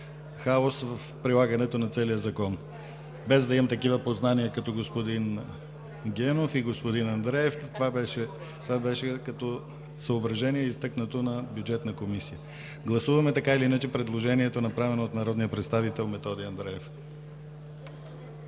хаос в прилагането на целия Закон. Без да имам познанията като господин Генов и господин Андреев, това беше съображението, изтъкнато в Бюджетната комисия. Гласуваме предложението, направено от народния представител Методи Андреев.